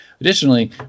Additionally